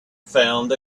found